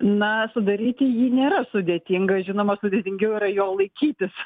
na sudaryti jį nėra sudėtinga žinoma sudėtingiau yra jo laikytis